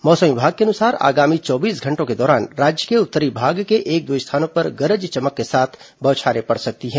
मौसम विभाग के अनुसार आगामी चौबीस घंटों के दौरान राज्य के उत्तरी भाग के एक दो स्थानों पर गरज चमक के साथ बौछारें पड़ सकती हैं